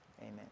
Amen